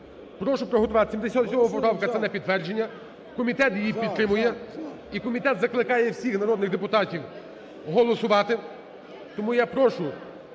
Прошу приготуватися, 77 поправка – це на підтвердження. Комітет її підтримує і комітет закликає всіх народних депутатів голосувати. Тому я прошу